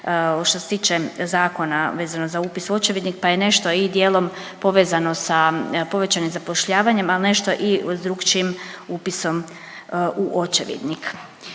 što se tiče zakona vezano za upis u očevidnik pa je nešto i dijelom povezano sa povećanim zapošljavanjem, a nešto i s drukčijim upisom u očevidnik.